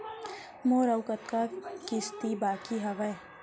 मोर अऊ कतका किसती बाकी हवय?